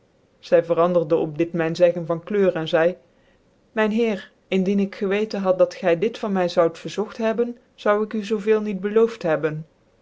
zy veranderde op dit mijn zeggen van couleur en zeidc mijn heer indien ik geweten had dat gy dit van my zoud verzogt hebben zoude ik u zoo veel niet belooft hebben